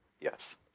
Yes